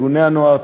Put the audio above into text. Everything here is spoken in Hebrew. ארגוני הנוער,